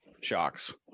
shocks